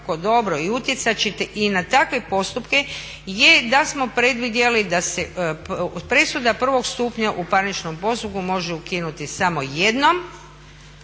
i utjecat će te i na takve postupke je da smo predvidjeli da se od presuda prvog stupnja u parničnom postupku može ukinuti samo jednom,